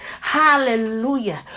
Hallelujah